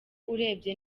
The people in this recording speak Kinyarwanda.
urebye